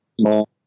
small